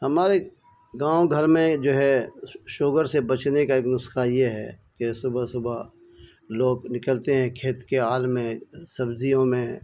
ہمارے گاؤں گھر میں جو ہے شوگر سے بچنے کا ایک نسخہ یہ ہے کہ صبح صبح لوگ نکلتے ہیں کھیت کے آل میں سبزیوں میں